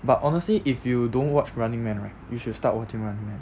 but honestly if you don't watch running man right you should start watching running man